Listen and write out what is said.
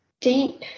deep